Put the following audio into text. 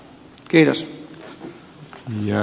herra puhemies